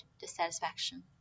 dissatisfaction